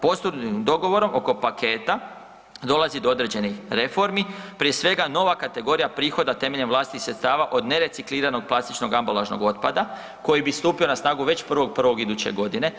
Postignutim dogovorom oko paketa dolazi do određenih reformi, prije svega nova kategorija prihoda temeljem vlastitih sredstava od nerecikliranog plastičnog ambalažnog otpada koji bi stupio na snagu već 1.1. iduće godine.